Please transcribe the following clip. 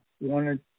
wanted